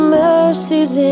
mercies